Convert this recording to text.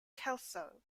kelso